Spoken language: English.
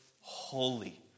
Holy